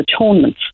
atonement